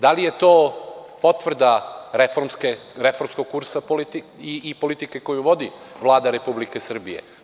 Da li je to potvrda reformskog kursa politike i politike koju vodi Vlada Republike Srbije?